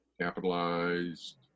capitalized